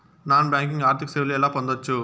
Non banking ఆర్థిక సేవలు ఎలా పొందొచ్చు?